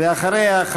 ואחריה,